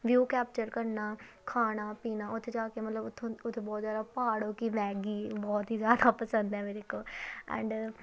view capture ਕਰਨਾ ਖਾਣਾ ਪੀਣਾ ਉੱਥੇ ਜਾ ਕੇ ਮਤਲਬ ਉੱਥੋਂ ਉੱਥੋਂ ਬਹੁਤ ਜ਼ਿਆਦਾ ਪਹਾੜੋਂ ਕੀ ਮੈਗੀ ਬਹੁਤ ਹੀ ਜ਼ਿਆਦਾ ਪਸੰਦ ਹੈ ਮੇਰੇ ਕੋ ਐਂਡ